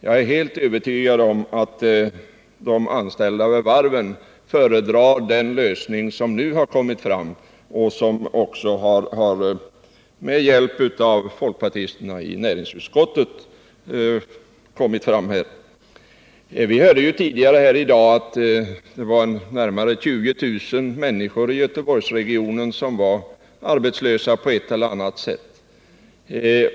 Jag är helt övertygad om att de anställda vid varven föredrar den lösning som nu har kommit fram med hjälp av folkpartisterna i näringsutskottet. Vi hörde här tidigare i dag att 20 000 människor i Göteborgsregionen var arbetslösa på ett eller annat sätt.